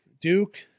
Duke